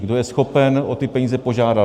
Kdo je schopen o ty peníze požádat.